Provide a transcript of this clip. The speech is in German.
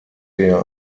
ihr